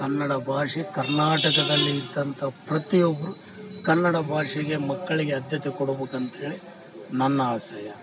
ಕನ್ನಡ ಭಾಷೆ ಕರ್ನಾಟಕದಲ್ಲಿ ಇದ್ದಂಥ ಪ್ರತಿಯೊಬ್ಬರು ಕನ್ನಡ ಭಾಷೆಗೆ ಮಕ್ಕಳಿಗೆ ಅದ್ಯತೆ ಕೊಡಬೊಕಂತ್ಹೇಳಿ ನನ್ನ ಆಶಯ